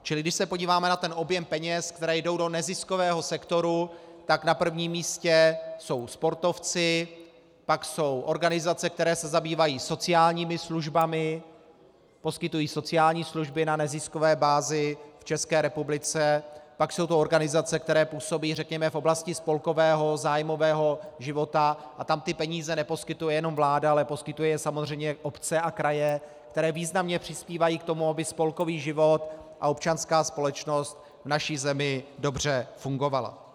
Čili když se podíváme na objem peněz, které jdou do neziskového sektoru, tak na prvním místě jsou sportovci, pak jsou organizace, které se zabývají sociálními službami, poskytují sociální služby na neziskové bázi v České republice, pak jsou to organizace, které působí, řekněme, v oblasti spolkového zájmového života, a tam ty peníze neposkytuje jenom vláda, ale poskytují je samozřejmě obce a kraje, které významně přispívají k tomu, aby spolkový život a občanská společnost v naší zemi dobře fungovala.